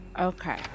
Okay